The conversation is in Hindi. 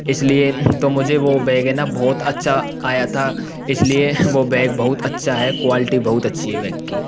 इस लिए तो मुझे वो बैग है ना बहुत अच्छा आया था इस लिए वो बैग बहुत अच्छा है क्वालिटी बहुत अच्छी है बैग की